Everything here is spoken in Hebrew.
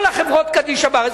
כל חברות הקדישא בארץ,